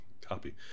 copy